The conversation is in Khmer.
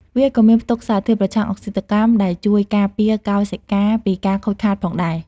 វាក៏មានផ្ទុកសារធាតុប្រឆាំងអុកស៊ីតកម្ម ដែលជួយការពារកោសិកាពីការខូចខាតផងដែរ។